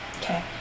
okay